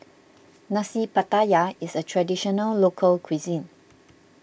Nasi Pattaya is a Traditional Local Cuisine